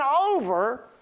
over